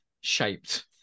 shaped